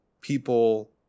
people